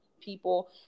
people